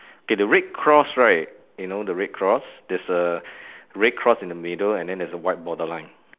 K the red cross right you know the red cross there's a red cross in the middle and then there's a white border line